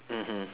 mmhmm